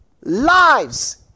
lives